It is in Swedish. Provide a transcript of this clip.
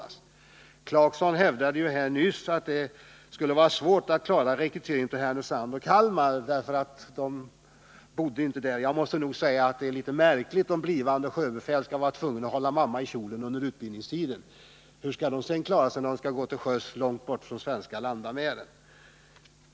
Rolf Clarkson hävdade nyss att det skulle vara svårt att klara rekryteringen av sjöbefäl till Härnösand och Kalmar, därför att eleverna inte bodde där. Men det vore väl litet märkligt om blivande sjöbefäl skulle behöva hänga mor i kjolarna under utbildningstiden. Hur skall de då klara sig sedan när de går till sjöss och är långt borta från svenska landmärken?